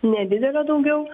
nedidelė daugiau